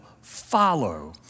follow